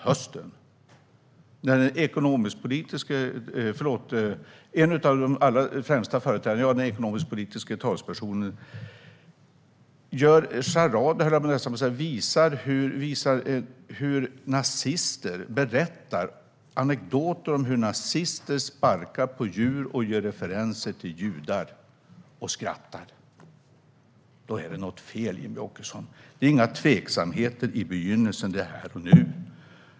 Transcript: Men jag talar nu om hösten 2016, då en av era främsta företrädare - den ekonomisk-politiska talespersonen - gör charader, höll jag på att säga. Men han visar hur nazister berättar anekdoter om hur nazister sparkar på döda djur och gör referenser till judar och skrattar. Då är det något fel, Jimmie Åkesson. Det är inga tveksamheter i begynnelsen; det är här och nu.